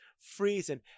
freezing